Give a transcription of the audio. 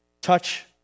touch